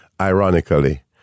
ironically